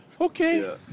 okay